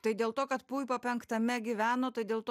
tai dėl to kad puipa penktame gyveno tai dėl to